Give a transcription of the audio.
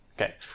Okay